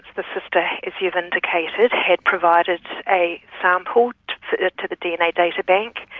the sister, as you've indicated, had provided a sample to the dna databank,